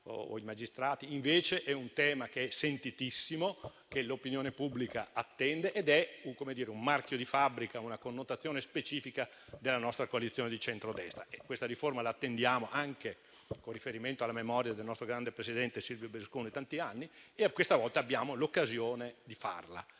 o i magistrati, invece è un tema sentitissimo, che l'opinione pubblica attende ed è un marchio di fabbrica, una connotazione specifica della nostra coalizione di centrodestra. Questa riforma l'attendiamo da tanti anni anche con riferimento alla memoria del nostro grande presidente Silvio Berlusconi e questa volta abbiamo l'occasione di farla.